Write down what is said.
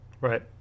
right